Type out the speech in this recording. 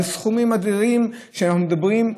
אלה סכומים אדירים שאנחנו מדברים עליהם.